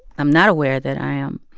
i'm not aware that i am